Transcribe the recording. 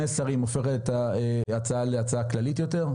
שרים הופכת את ההצעה להצעה כללית יותר?